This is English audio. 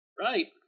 Right